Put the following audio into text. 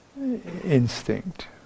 instinct